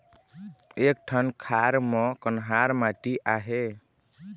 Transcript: एक ठन खार म कन्हार माटी आहे?